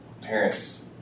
parents